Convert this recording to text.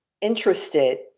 interested